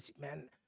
man